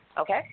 okay